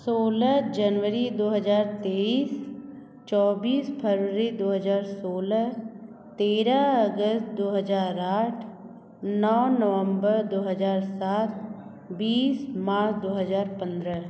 सोलह जनवरी दो हज़ार तेईस चौबीस फरवरी दो हज़ार सोलह तेरह अगस्त दो हज़ार आठ नौ नवंबर दो हज़ार सात बीस मार्च दो हज़ार पन्द्रह